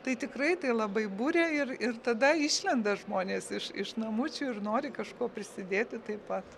tai tikrai tai labai buria ir ir tada išlenda žmonės iš iš namučių ir nori kažkuo prisidėti taip pat